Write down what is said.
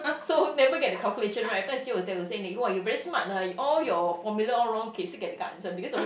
so never get the calculation right will tell you say !wah! you very smart ah all your formula all wrong can still get the answer because of all this